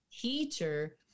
teacher